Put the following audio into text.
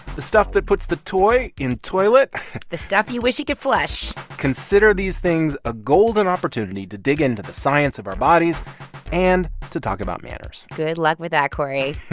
the stuff that puts the toy in toilet the stuff you wish you could flush consider these things a golden opportunity to dig into the science of our bodies and to talk about manners good luck with that, cory